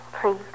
Please